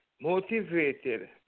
motivated